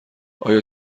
آیا